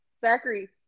Zachary